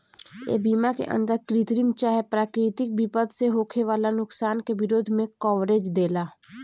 ए बीमा के अंदर कृत्रिम चाहे प्राकृतिक विपद से होखे वाला नुकसान के विरोध में कवरेज देला